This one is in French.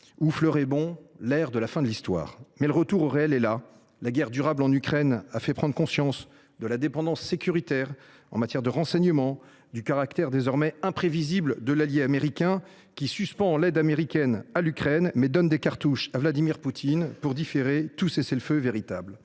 qui fleuraient bon la fin de l’Histoire. Mais le retour au réel est là. La guerre durable en Ukraine a fait prendre conscience de la dépendance sécuritaire en matière de renseignement, du caractère désormais imprévisible de l’allié américain, qui suspend l’aide américaine à l’Ukraine, mais donne des cartouches à Vladimir Poutine pour différer tout cessez le feu véritable.